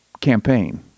campaign